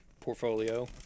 portfolio